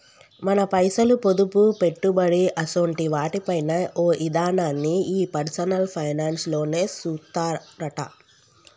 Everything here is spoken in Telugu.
మన పైసలు, పొదుపు, పెట్టుబడి అసోంటి వాటి పైన ఓ ఇదనాన్ని ఈ పర్సనల్ ఫైనాన్స్ లోనే సూత్తరట